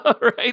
right